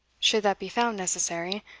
should that be found necessary,